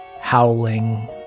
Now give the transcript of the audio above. howling